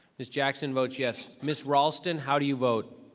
ms. jackson votes yes. ms. raulston, how do you vote?